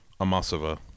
amasova